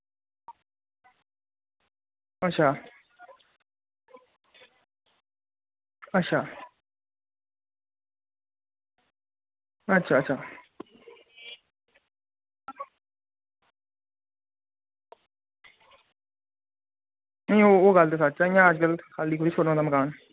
अच्छा अच्छा अच्छा अच्छा अच्छा नेईं ओह् गल्ल ते सच्च ऐ अज्जकल खाल्ली कु'त्थै थ्होंदा मकान